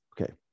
okay